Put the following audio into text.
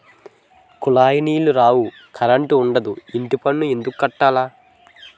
కులాయిలో నీలు రావు కరంటుండదు ఇంటిపన్ను ఎందుక్కట్టాల